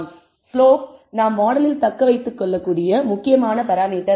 slope நாம் மாடலில் தக்க வைத்துக்கொள்ளக் கூடிய முக்கியமான பராமீட்டர் ஆகும்